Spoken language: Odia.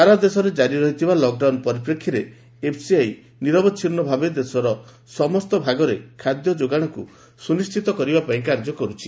ସାରା ଦେଶରେ ଜାରି ରହିଥିବା ଲକ୍ଡାଉନ ପରିପ୍ରେକ୍ଷୀରେ ଏଫ୍ସିଆଇ ନିରବଚ୍ଛିନ୍ଦଭାବେ ଦେଶର ସମସ୍ତ ଭାଗରେ ଖାଦ୍ୟ ଯୋଗାଣକୁ ସୁନିଶ୍ଚିତ କରିବା ପାଇଁ କାର୍ଯ୍ୟ କରୁଛି